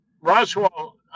Roswell